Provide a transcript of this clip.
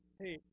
hey